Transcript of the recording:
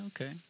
okay